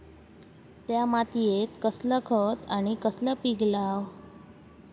त्या मात्येत कसला खत आणि कसला पीक लाव?